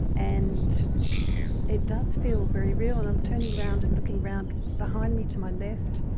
and it does feel very real. i'm turning around and looking around behind me to my left,